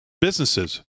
businesses